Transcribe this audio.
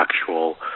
actual